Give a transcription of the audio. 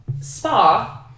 spa